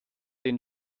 den